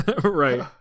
right